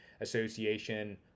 association